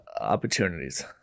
opportunities